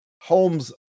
Holmes